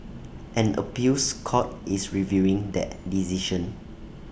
an appeals court is reviewing that decision